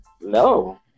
no